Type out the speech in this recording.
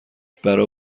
برا